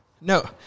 no